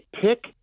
pick